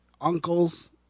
uncles